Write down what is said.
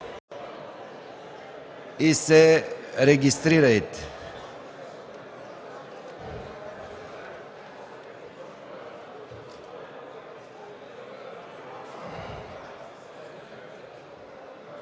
и се регистрирайте.